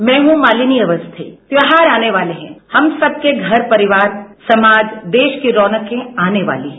मैं हूं मालिनी अवस्थी त्यौहार आने वाले है हम सबके घर परिवार समाज देश की रौनकें आने वाली है